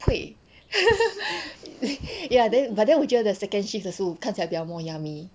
ya then but then 我觉得 second shift 的食物看起来比较 more yummy